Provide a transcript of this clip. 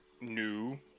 new